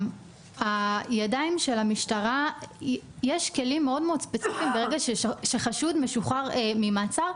יש כלים מאוד מאוד ספציפיים ברגע שחשוד משוחרר ממעצר,